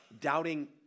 doubting